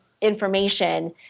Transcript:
information